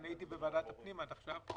כי אני הייתי בוועדת הפנים עד עכשיו,